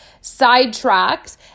sidetracked